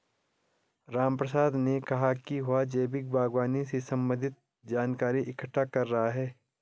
रामप्रसाद ने कहा कि वह जैविक बागवानी से संबंधित जानकारी इकट्ठा कर रहा है